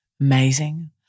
Amazing